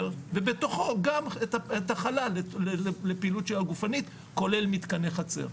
ובתוכו גם את החלל לפעילות גופנית כולל מתקני חצר.